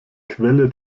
quelle